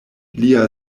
lia